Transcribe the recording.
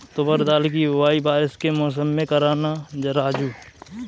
तुवर दाल की बुआई बारिश के मौसम में करना राजू